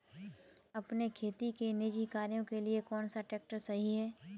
अपने खेती के निजी कार्यों के लिए कौन सा ट्रैक्टर सही है?